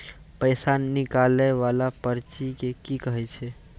पैसा निकाले वाला पर्ची के की कहै छै?